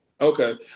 Okay